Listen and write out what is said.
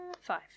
Five